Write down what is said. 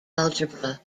algebra